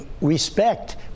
respect